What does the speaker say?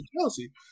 Chelsea